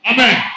Amen